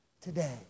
today